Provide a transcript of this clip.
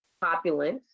populace